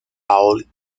paul